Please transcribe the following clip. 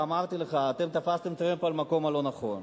אמרתי לך: אתם תפסתם טרמפ על המקום הלא-נכון.